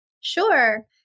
Sure